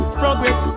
progress